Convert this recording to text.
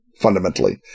Fundamentally